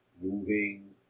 moving